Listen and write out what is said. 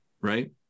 right